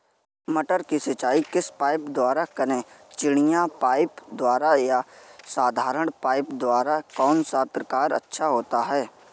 मटर की सिंचाई किस पाइप द्वारा करें चिड़िया पाइप द्वारा या साधारण पाइप द्वारा कौन सा प्रकार अच्छा होता है?